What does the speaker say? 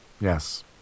Yes